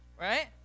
right